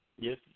Yes